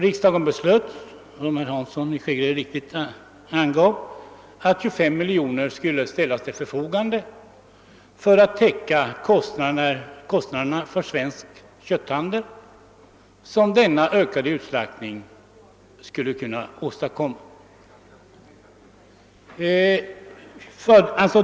Riksdagen beslöt — som herr Hansson i Skegrie riktigt återgav — att 25 miljoner kronor skulle ställlas till jordbruksnämndens förfogande för vartdera budgetåret 1969 71 för att täcka de kostnader för Svensk kötthandel som denna ökade utslaktning skulle kunna förorsaka.